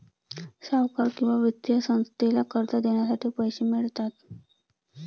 सावकार किंवा वित्तीय संस्थेला कर्ज देण्यासाठी पैसे मिळतात